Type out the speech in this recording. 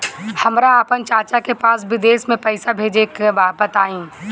हमरा आपन चाचा के पास विदेश में पइसा भेजे के बा बताई